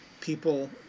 people